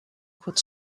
could